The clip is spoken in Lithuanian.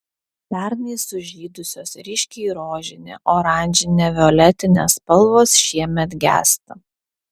pernai sužydusios ryškiai rožinė oranžinė violetinė spalvos šiemet gęsta